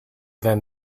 than